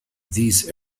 these